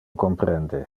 comprende